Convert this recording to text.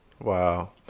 Wow